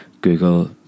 Google